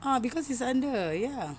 ah cause it's under ya